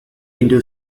into